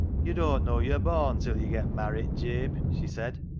yo' doan't know yo'r born till yo' get marrit, jabe, she said.